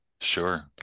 Sure